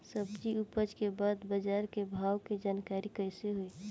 सब्जी उपज के बाद बाजार के भाव के जानकारी कैसे होई?